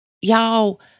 Y'all